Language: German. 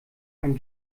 ein